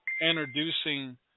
introducing